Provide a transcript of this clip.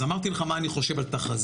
אז אמרתי לך מה אני חושב על תחזיות,